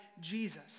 Jesus